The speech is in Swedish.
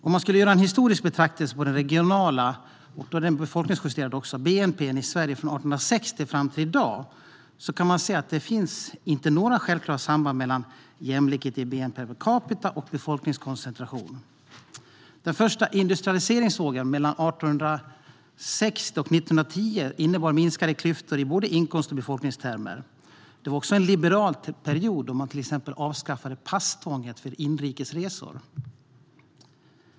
Om man gör en historisk betraktelse över den regionala befolkningsjusterade bnp:n i Sverige från 1860 fram till i dag kan man se att det inte finns några självklara samband mellan jämlikhet i bnp per capita och befolkningskoncentration. Den första industrialiseringsvågen mellan 1860 och 1910 innebar minskade klyftor i både inkomst och befolkningstermer. Det var också en liberal period då man till exempel avskaffade passtvånget för inrikes resor.